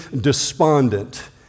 despondent